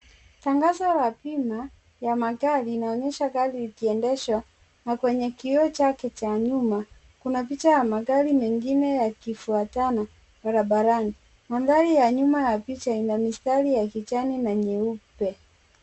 Tangazo la bima ya magari inaonyesha gari ikiendeshwa na kwenye kioo chake cha nyuma, kuna picha ya magari mengine yakifuatana barabarani. Mandhari ya nyuma ya picha ina mistari ya kijani na nyeupe.